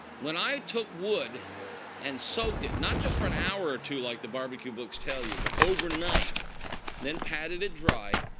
when i took wood and soaked it not just for an hour or two like the barbecue books tell you, but overnight then patted it dry,